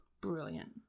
Brilliant